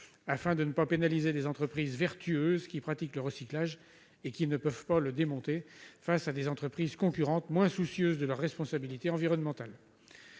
afin de ne pas pénaliser les entreprises vertueuses qui pratiquent le recyclage, mais qui ne peuvent pas le démontrer, face à des entreprises concurrentes moins soucieuses de leur responsabilité environnementale.